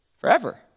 forever